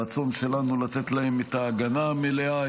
הרצון שלנו הוא לתת להם את ההגנה המלאה,